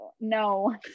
no